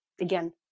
again